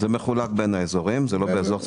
זה מחולק בין האזורים; זה לא באזור ספציפי.